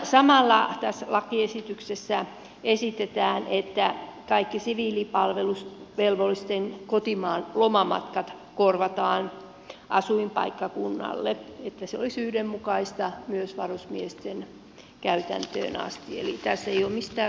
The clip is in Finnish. samalla tässä lakiesityksessä esitetään että kaikki siviilipalvelusvelvollisten kotimaan lomamatkat asuinpaikkakunnalle korvataan niin että se olisi yhdenmukaista myös varusmiesten käytännön kanssa